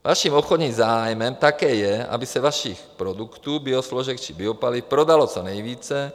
Vaším obchodním zájmem také je, aby se vašich produktů, biosložek či biopaliv, prodalo co nejvíce.